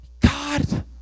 God